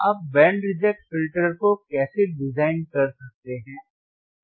आप band reject filter को कैसे डिजाइन कर सकते हैं